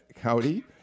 County